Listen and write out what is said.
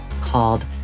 called